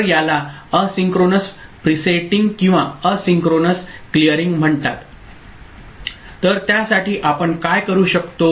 तर याला asynchronous presetting किंवा एसिंक्रोनस क्लियरिंग म्हणतात तर त्यासाठी आपण काय करू शकतो